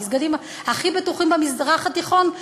המסגדים הכי בטוחים במזרח התיכון,